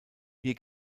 hier